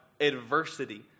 adversity